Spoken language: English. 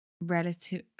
relative